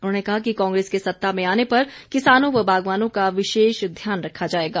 उन्होंने कहा कि कांग्रेस के सत्ता में आने पर किसानों व बागवानों का विशेष ध्यान रखा जाएगा